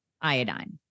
Iodine